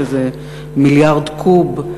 שזה 500 מיליארד קוב.